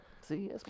see